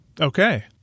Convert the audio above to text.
Okay